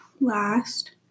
last